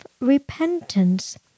repentance